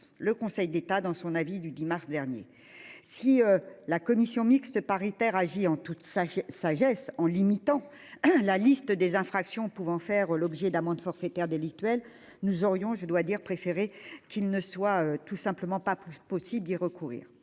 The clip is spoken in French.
le Conseil d'État dans son avis du 10 mars dernier. Si la commission mixte paritaire agi en toute sagesse, sagesse en limitant la liste des infractions pouvant faire l'objet d'amendes forfaitaires délictuelles, nous aurions je dois dire préféré qu'il ne soit tout simplement pas plus possible d'y recourir.